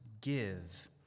give